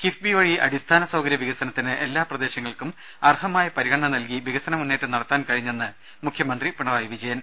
കിഫ്ബി വഴി അടിസ്ഥാന സൌകര്യ വികസനത്തിന് എല്ലാ പ്രദേശങ്ങൾക്കും അർഹമായ പരിഗണന നൽകി വികസനമുന്നേറ്റം നടത്താൻ കഴിഞ്ഞെന്ന് മുഖ്യമന്ത്രി പിണറായി വിജയൻ